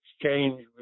exchange